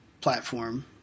platform